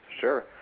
Sure